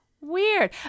weird